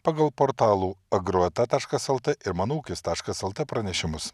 pagal portalų agrota taškas lt ir mano ūkis taškas lt pranešimus